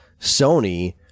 sony